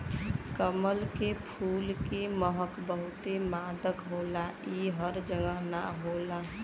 कमल के फूल के महक बहुते मादक होला इ हर जगह ना होला